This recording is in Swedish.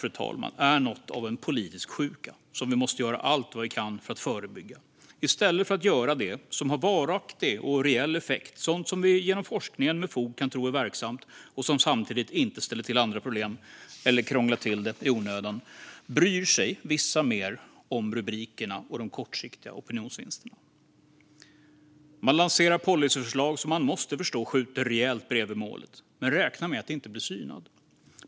Detta är något av en politisk sjuka som vi måste göra allt för att förebygga. I stället för att göra det som har varaktig och reell effekt, och som vi med hjälp av forskningen har fog för att tro är verksamt och samtidigt inte ställer till andra problem eller krånglar till det i onödan, bryr sig vissa mer om rubrikerna och de kortsiktiga opinionsvinsterna. Man lanserar policyförslag som man måste förstå skjuter rejält bredvid målet, men man räknar med att inte bli synad.